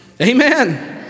Amen